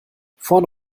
vorne